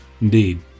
Indeed